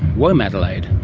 womadelaide,